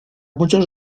muchos